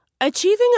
Achieving